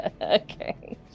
Okay